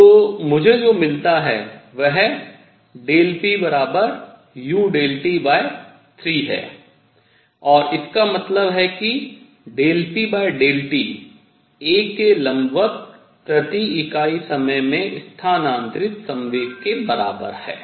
तो मुझे जो मिलता है वह put3 है और इसका मतलब है कि pΔt a के लंबवत प्रति इकाई समय में स्थानांतरित संवेग के बराबर है